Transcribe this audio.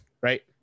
right